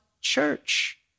church